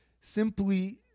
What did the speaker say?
simply